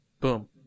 Boom